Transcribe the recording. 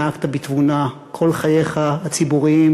נהגת בתבונה כל חייך הציבוריים,